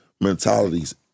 mentalities